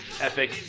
epic